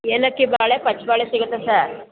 ಏಲಕ್ಕಿ ಬಾಳೆ ಪಚ್ಚ ಬಾಳೆ ಸಿಗುತ್ತಾ ಸರ್